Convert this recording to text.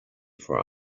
for